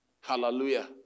Hallelujah